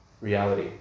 reality